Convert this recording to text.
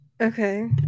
Okay